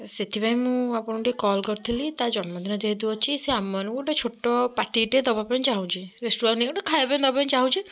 ସେଥିପାଇଁ ମୁଁ ଆପଣଙ୍କୁ ଟିକେ କଲ୍ କରିଥିଲି ତା ଜନ୍ମଦିନ ଯେହେତୁ ଅଛି ଆମ ମାନଙ୍କୁ ଗୋଟେ ଛୋଟ ପାର୍ଟିଟେ ଦେବାପାଇଁ ଚାହୁଁଛି ରେଷ୍ଟୁରାଣ୍ଟ ନେଇକି ଗୋଟେ ଖାଇବା ଦେବାପାଇଁ ଚାହୁଁଛି